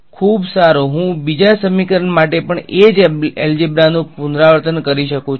ખૂબ સારું હું બીજા સમીકરણ માટે પણ એ જ એલ્જેબ્રા નું પુનરાવર્તન કરી શકું છું